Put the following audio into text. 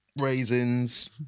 raisins